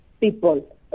people